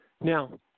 Now